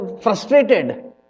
frustrated